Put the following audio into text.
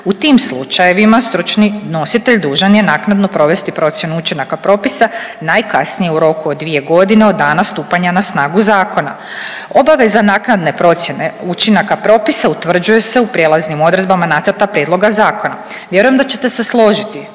U tim slučajevima stručni nositelj dužan je naknadno provesti procjenu učinaka propisa najkasnije u roku od 2.g. od dana stupanja na snagu zakona. Obaveza naknadne procjene učinaka propisa utvrđuje se u prijelaznim odredbama nacrta prijedloga zakona. Vjerujem da ćete se složiti